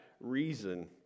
reason